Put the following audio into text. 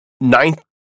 ninth